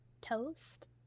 Toast